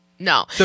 No